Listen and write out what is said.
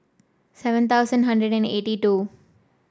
seven thousand hundred and eighty two